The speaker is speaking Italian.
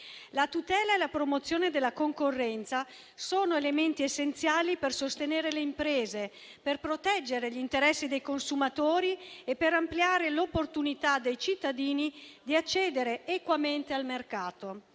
La tutela e la promozione della concorrenza sono elementi essenziali per sostenere le imprese, per proteggere gli interessi dei consumatori e per ampliare l'opportunità dei cittadini di accedere equamente al mercato.